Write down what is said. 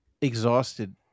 exhausted